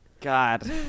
God